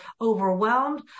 overwhelmed